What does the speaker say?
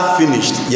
finished